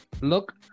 look